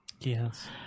yes